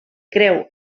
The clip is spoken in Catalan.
creu